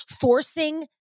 Forcing